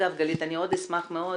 אגב, גלית, אני אשמח מאוד